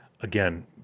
again